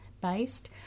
based